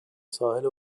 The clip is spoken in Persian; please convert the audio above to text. ساحل